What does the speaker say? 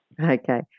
Okay